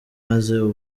maze